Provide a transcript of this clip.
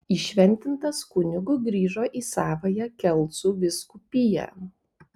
įšventintas kunigu grįžo į savąją kelcų vyskupiją